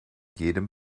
jedem